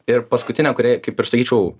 ir paskutinė kuri kaip ir sakyčiau